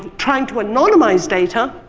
trying to anonymize data,